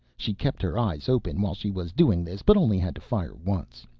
she kept her eyes open while she was doing this but only had to fire once.